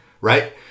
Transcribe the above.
Right